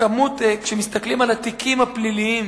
כשמסתכלים על התיקים הפליליים